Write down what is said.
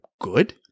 good